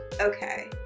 Okay